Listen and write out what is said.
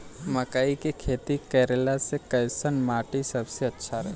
मकई के खेती करेला कैसन माटी सबसे अच्छा रही?